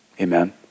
Amen